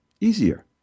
easier